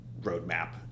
roadmap